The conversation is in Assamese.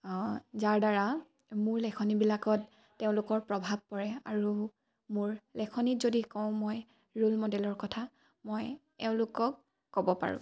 যাৰ দ্বাৰা মোৰ লেখনিবিলাকত তেওঁলোকৰ প্ৰভাৱ পৰে আৰু মোৰ লেখনিত যদি কওঁ মই ৰোল মডেলৰ কথা মই এওঁলোকক ক'ব পাৰোঁ